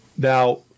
Now